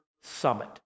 Summit